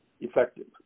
effective